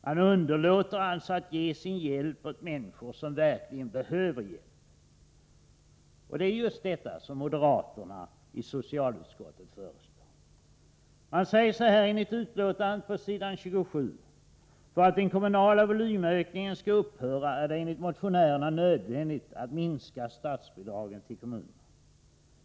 Man underlåter alltså att ge sin hjälp åt människor som verkligen behöver hjälp. Och det är just detta som moderaterna i socialutskottet föreslår. I referatet av motion 1983/84:2239 på s. 27 i betänkandet heter det: ”För att den kommunala volymökningen skall upphöra är det enligt motionärerna nödvändigt att minska statsbidragen till kommunerna.